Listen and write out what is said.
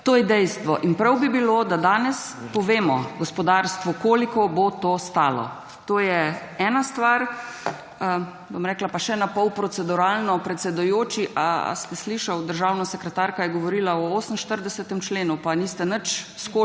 To je dejstvo in prav bi bilo, da danes povemo gospodarstvu, koliko bo to stalo. To je ena stvar. Bom rekla, pa še na pol proceduralno, predsedujoči, ali ste slišal, državna sekretarka je govorila o 48. členu, pa niste nič skočili